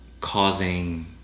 causing